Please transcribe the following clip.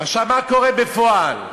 מה קורה בפועל?